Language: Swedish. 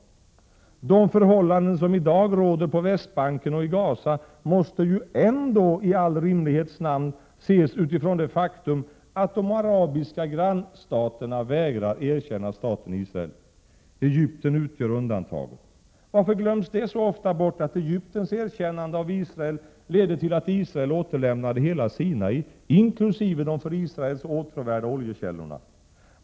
De förhållanden som i dag råder på Västbanken och i Gaza måste ju ändå, i all rimlighets namn, ses utifrån det faktum att de arabiska grannstaterna vägrar erkänna staten Israel. Egypten utgör undantaget. Varför glöms det så ofta bort att Egyptens erkännande av Israel ledde till att Israel återlämnade hela Sinai, inkl. de för Israel så åtråvärda oljekällorna?